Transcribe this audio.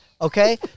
Okay